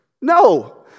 No